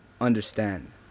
understand